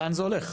לאן זה הולך,